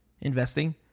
investing